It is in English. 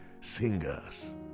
singers